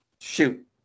Shoot